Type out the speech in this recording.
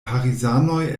parizanoj